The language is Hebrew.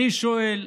אני שואל: